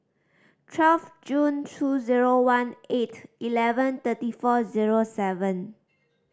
twelve June two zero one eight eleven thirty four zero seven